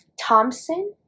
Thompson